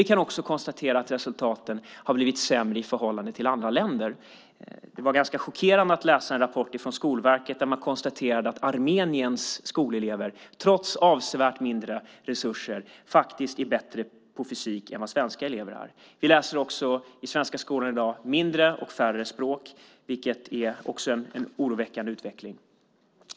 Vi kan också konstatera att resultaten har blivit sämre i förhållande till andra länder. Det var ganska chockerande att läsa en rapport från Skolverket där man konstaterade att Armeniens skolelever, trots avsevärt mindre resurser, faktiskt är bättre på fysik än vad svenska elever är. I svenska skolan läser man i dag mindre och färre språk, vilket också är en oroväckande utveckling.